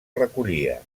recollia